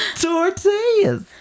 Tortillas